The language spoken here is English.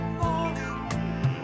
falling